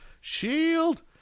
Shield